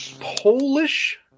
Polish